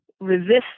resist